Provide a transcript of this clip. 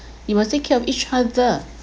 you must take care of each other